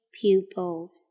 pupils